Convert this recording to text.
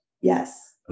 Yes